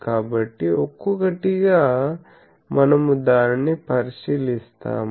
కాబట్టి ఒక్కొక్కటి గా మనము దానిని పరిశీలిస్తాము